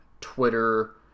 twitter